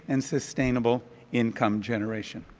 and sustainable income generation.